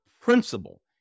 principle